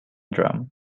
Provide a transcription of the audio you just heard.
drum